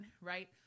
right